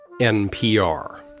NPR